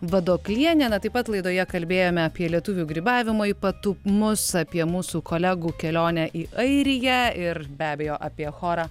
vadoklienė na taip pat laidoje kalbėjome apie lietuvių grybavimo ypatumus apie mūsų kolegų kelionę į airiją ir be abejo apie chorą